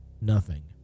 Nothing